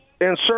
insert